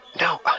No